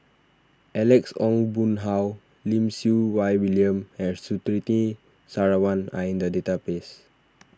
Alex Ong Boon Hau Lim Siew Wai William and Surtini Sarwan are in the database